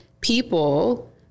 people